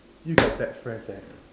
you got bad friends eh